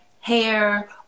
hair